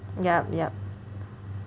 yup yup